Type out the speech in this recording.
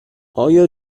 آیا